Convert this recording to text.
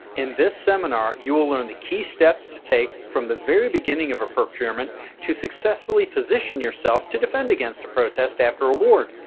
in this seminar, you will learn the key steps to take from the very beginning of a procurement to successfully position yourself to defend against a protest after award.